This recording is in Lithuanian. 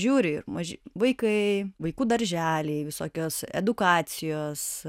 žiūri maži vaikai vaikų darželiai visokios edukacijos